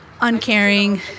uncaring